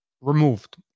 removed